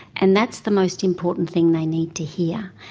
and that's the most important thing they need to hear.